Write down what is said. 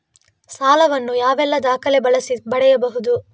ಸಾಲ ವನ್ನು ಯಾವೆಲ್ಲ ದಾಖಲೆ ಬಳಸಿ ಪಡೆಯಬಹುದು?